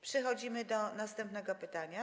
Przechodzimy do następnego pytania.